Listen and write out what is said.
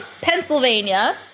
Pennsylvania